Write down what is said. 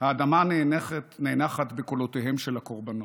"האדמה נאנחת בקולותיהם של הקורבנות.